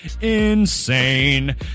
insane